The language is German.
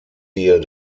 hier